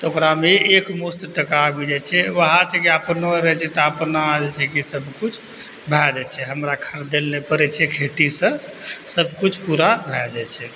तऽ ओकरामे एकमुश्त टका जे छै वहए छै कि अपनो रहै छियै तऽ अपना जे छै सबकिछु भए जाइ छै हमरा खरीदै लै नहि पड़ै छै खेती से सबकिछु पूरा भए जाइ छै